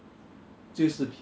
lifestyle and a different